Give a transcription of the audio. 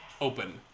open